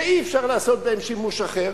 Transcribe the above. שאי-אפשר לעשות בהם שימוש אחר.